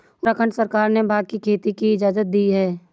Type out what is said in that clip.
उत्तराखंड सरकार ने भाँग की खेती की इजाजत दी है